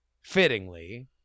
fittingly